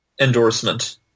endorsement